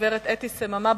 גברת אתי סממה,